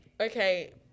Okay